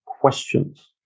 questions